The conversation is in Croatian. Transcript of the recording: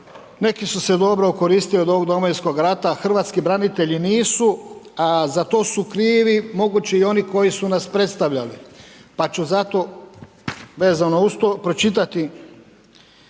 neki su se dobro okoristili od Domovinskog rata, hrvatski branitelji nisu, a za to su krivi moguće i oni koji su nas predstavljali pa ću zato vezano uz pročitati